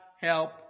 help